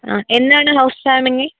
ആ എന്നാണ് house warming